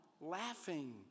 laughing